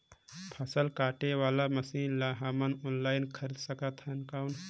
फसल काटे वाला मशीन ला हमन ऑनलाइन खरीद सकथन कौन?